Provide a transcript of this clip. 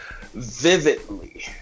vividly